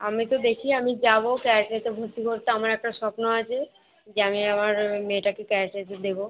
আমি তো দেখি আমি যাবো ক্যারাটেতে ভর্তি করতে আমার একটা স্বপ্ন আছে যে আমি আমার মেয়েটাকে ক্যারাটেতে দেবো